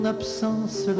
absence